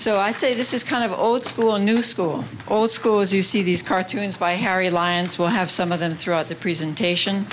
so i say this is kind of old school or new school all schools you see these cartoons by harry alliance will have some of them throughout the presentation